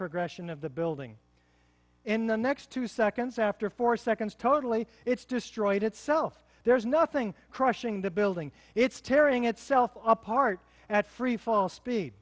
progression of the building in the next two seconds after four seconds totally it's destroyed itself there's nothing crushing the building it's tearing itself apart at freefall speed